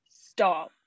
stop